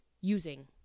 using